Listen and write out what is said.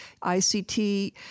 ict